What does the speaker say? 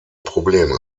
probleme